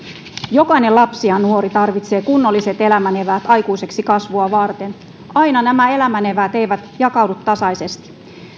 jokainen lapsi ja nuori tarvitsee kunnolliset elämän eväät aikuiseksi kasvua varten aina nämä elämän eväät eivät jakaudu tasaisesti